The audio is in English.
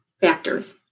factors